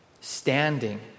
standing